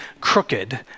crooked